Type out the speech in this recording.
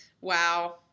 Wow